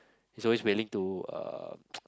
he's always willing to uh